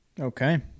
Okay